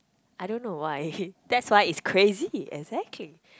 I don't know why that's why it's crazy exactly